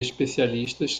especialistas